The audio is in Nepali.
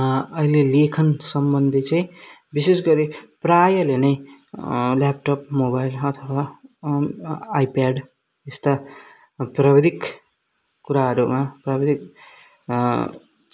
अहिले लेखन सम्बन्धी चाहिँ विशेष गरी प्रायःले नै ल्यापटप मोबाइल अथवा आइप्याड यस्ता प्राविधिक कुराहरूमा प्राविधिक